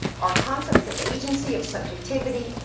our concepts of agency, of subjectivity,